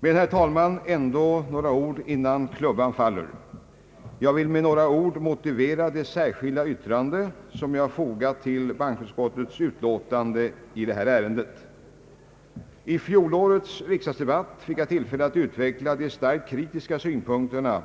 Men, herr talman, ändå några ord innan klubban faller, för att motivera det särskilda yttrande som jag fogat till bankoutskottets utlåtande i detta ärende. I fjolårets riksdagsdebatt fick jag tillfälle att utveckla de starkt kritiska synpunkterna